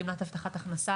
גמלת הבטחת הכנסה,